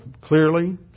clearly